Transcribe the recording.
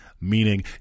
Meaning